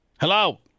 Hello